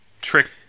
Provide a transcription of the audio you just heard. trick